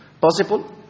possible